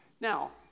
Now